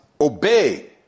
obey